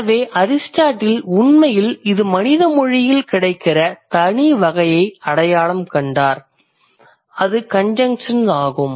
எனவே அரிஸ்டாட்டில் உண்மையில் இது மனித மொழியில் கிடைக்கிற தனி வகையை அடையாளம் கண்டார் அது கன்ஜென்க்ஷன் ஆகும்